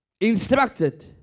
instructed